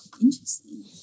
Interesting